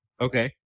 Okay